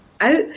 out